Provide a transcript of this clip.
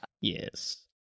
Yes